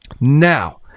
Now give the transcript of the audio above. Now